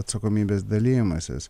atsakomybės dalijimasis